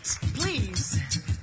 please